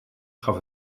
gaf